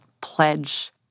pledge